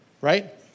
Right